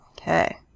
Okay